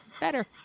better